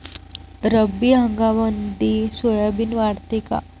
रब्बी हंगामामंदी सोयाबीन वाढते काय?